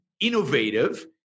innovative